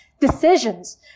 decisions